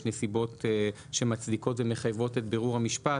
נסיבות שמצדיקות ומחייבות את בירור המשפט,